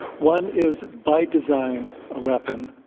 one is, by design, a weapon.